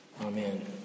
Amen